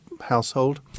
household